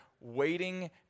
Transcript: waiting